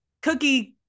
cookie